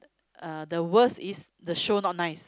uh the worst is the show not nice